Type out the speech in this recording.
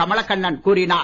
கமலகண்ணன் கூறினார்